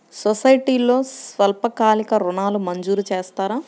సొసైటీలో స్వల్పకాలిక ఋణాలు మంజూరు చేస్తారా?